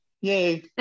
Yay